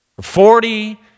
Forty